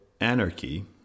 anarchy